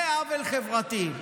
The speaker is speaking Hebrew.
זה עוול חברתי,